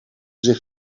zich